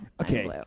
Okay